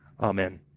amen